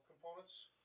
components